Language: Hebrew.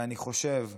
ואני חושב,